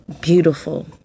beautiful